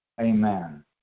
Amen